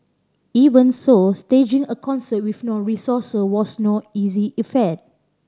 even so staging a concert with no resources was no easy feat